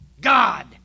God